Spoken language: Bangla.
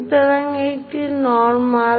সুতরাং এটি নর্মাল